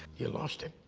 you lost it.